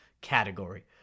category